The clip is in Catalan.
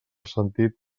sentit